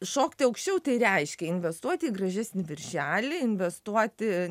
šokti aukščiau tai reiškia investuoti į gražesnį viršelį investuoti